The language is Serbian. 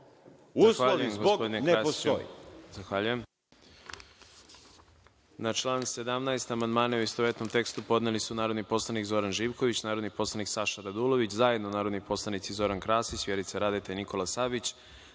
Uslovi zbog – ne postoje.